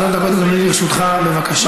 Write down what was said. שלוש דקות, אדוני, לרשותך, בבקשה.